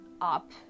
up